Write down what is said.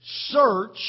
Search